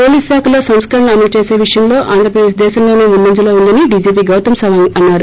police శాఖలో సంస్కరణలను అమలుచేసే విషయంలో ఆంధ్ర ప్రదేశ్ దేశంలోసే ముందంజలో ఉందని డీజీపీ గౌతం సవాంగ్ అన్నారు